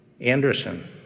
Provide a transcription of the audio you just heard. Anderson